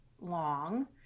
long